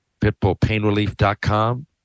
Pitbullpainrelief.com